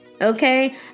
okay